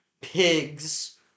pigs